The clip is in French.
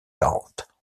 quarante